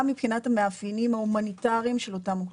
מבחינת המאפיינים ההומניטריים של אותן אוכלוסיות.